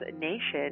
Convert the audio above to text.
Nation